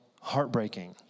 heartbreaking